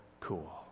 cool